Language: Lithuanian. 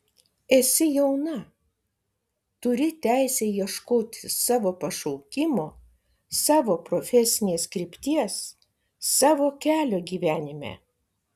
esi jauna turi teisę ieškoti savo pašaukimo savo profesinės krypties savo kelio gyvenime